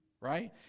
right